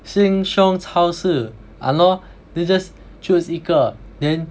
Sheng-Siong 超市 !hannor! they just choose 一个 then